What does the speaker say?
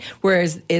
whereas